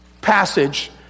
passage